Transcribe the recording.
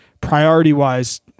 priority-wise